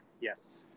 Yes